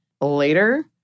later